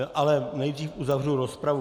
Ale nejdřív uzavřu rozpravu.